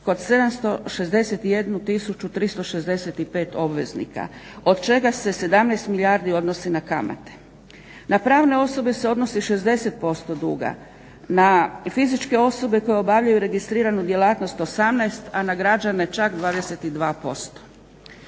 kod 761 365 obveznika, od čega se 17 milijardi odnosi na kamate. Na pravne osobe se odnosi 60% duga, na fizičke osobe koje obavljaju registriranu djelatnosti 18, a na građane čak 22%.